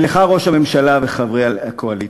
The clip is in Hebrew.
ואתכם, ראש הממשלה וחברי הקואליציה,